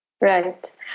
Right